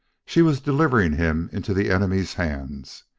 she was delivering him into the enemy's hands.